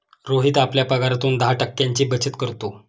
रोहित आपल्या पगारातून दहा टक्क्यांची बचत करतो